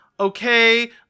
okay